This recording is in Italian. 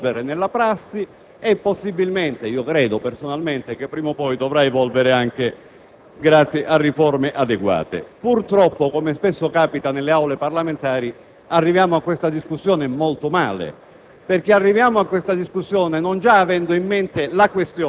di Governo e come immaginiamo che essa debba evolvere nella prassi. Possibilmente, personalmente ritengo che prima o poi dovrà cambiare, anche grazie a riforme adeguate. Purtroppo, come spesso capita nelle Aule parlamentari, arriviamo a questa discussione molto male,